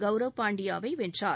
கௌரவ் பாண்டியாவை வென்றார்